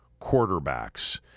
quarterbacks